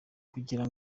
kugira